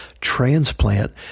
transplant